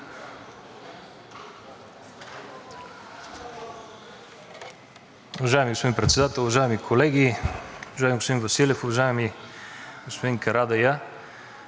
Уважаеми господин Председател, уважаеми колеги, уважаеми господин Василев, уважаеми господин Карадайъ!